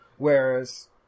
Whereas